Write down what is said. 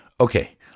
Okay